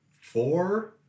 four